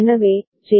எனவே ஜே